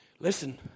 Listen